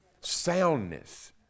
soundness